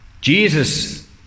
Jesus